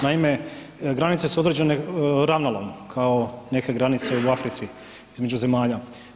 Naime, granice su određene ravnalom kao neke granice u Africi između zemalja.